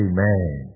Amen